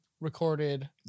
recorded